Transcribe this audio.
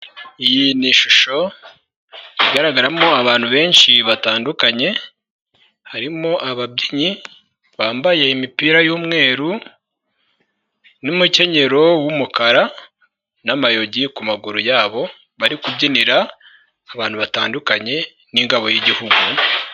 Iyi ni ishusho igaragaramo abantu benshi batandukanye, harimo ababyinnyi bambaye imipira y'umweru n'umukenyero w'umukara n'amayogi ku maguru yabo bari kubyinira abantu batandukanye n'ingabo y'igihugu.